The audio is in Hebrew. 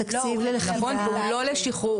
תקציב ללכידה -- נכון והוא לא לשחרור,